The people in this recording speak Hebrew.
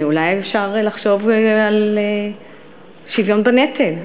אולי אפשר לחשוב על שוויון בנטל,